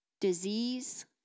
disease